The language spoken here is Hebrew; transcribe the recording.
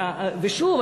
ושוב,